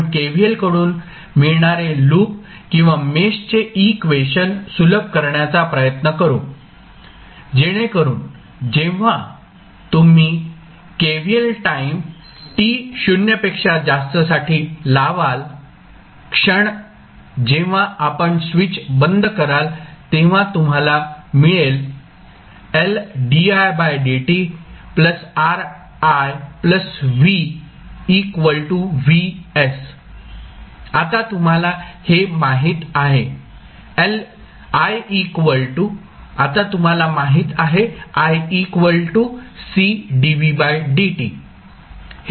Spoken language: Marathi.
आपण KVL कडून मिळणारे लूप किंवा मेशचे इक्वेशन सुलभ करण्याचा प्रयत्न करू जेणेकरून जेव्हा तुम्ही KVL टाईम t 0 पेक्षा जास्त साठी लावाल क्षण जेव्हा आपण स्विच बंद कराल तेव्हा तुम्हाला मिळेल आता तुम्हाला हे माहित आहे